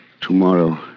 Tomorrow